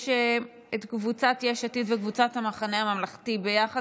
יש את קבוצת יש עתיד וקבוצת המחנה הממלכתי ביחד.